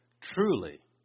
Truly